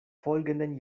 folgenden